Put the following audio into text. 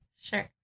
Sure